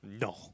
No